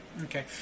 Okay